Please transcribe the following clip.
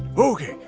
ok.